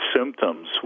symptoms